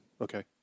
Okay